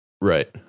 Right